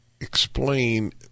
explain